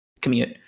commute